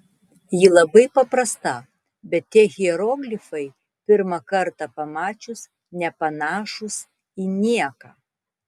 ji labai paprasta bet tie hieroglifai pirmą kartą pamačius nepanašūs į nieką